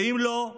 ואם לא,